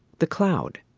the cloud.